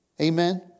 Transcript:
Amen